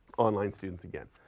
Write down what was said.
online students again.